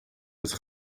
het